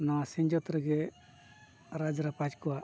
ᱱᱚᱣᱟ ᱥᱤᱧᱚᱛ ᱨᱮᱜᱮ ᱨᱟᱡᱽ ᱨᱟᱯᱟᱡᱽ ᱠᱚᱣᱟᱜ